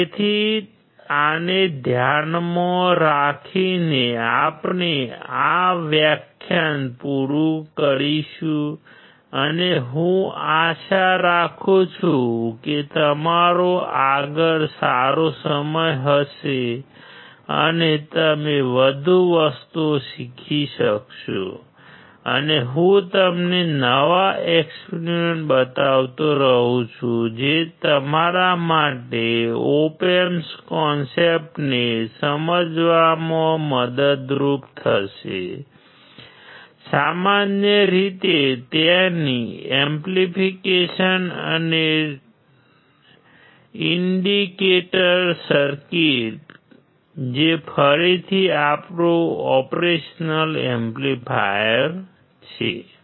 તેથી આને ધ્યાનમાં રાખીને આપણે આ વ્યાખ્યાન પૂરું કરીશું અને હું આશા રાખું છું કે તમારો આગળ સારો સમય હશે અને તમે વધુ વસ્તુઓ શીખી શકશો અને હું તમને નવા એક્સપેરિમેન્ટ બતાવતો રહું છું જે તમારા માટે ઓપ એમ્પ્સના કોન્સેપ્ટને સમજવામાં મદદરૂપ થશે અને સામાન્ય રીતે તેમની એપ્લિકેશન્સ અને ઈન્ડીકેટર સર્કિટ જે ફરીથી આપણું ઓપરેશન એમ્પ્લીફાયર છે